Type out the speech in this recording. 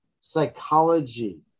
psychology